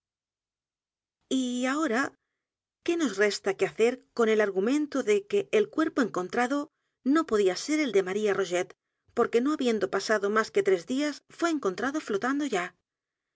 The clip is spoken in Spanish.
y ahora qué nos resta que hacer con el argumento de que el cuerpo encontrado no podía ser el de maría rogét porque no habiendo pasado más que tres días fué encontrado flotando ya